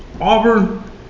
Auburn